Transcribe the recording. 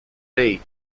day